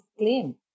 claim